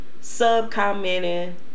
sub-commenting